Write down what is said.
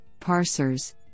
parsers